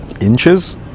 inches